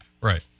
Right